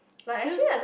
do you